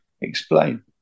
Explain